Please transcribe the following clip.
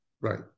Right